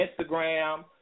Instagram